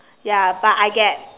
ya but I get